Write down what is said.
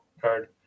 card